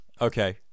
Okay